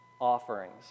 offerings